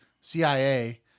CIA